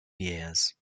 years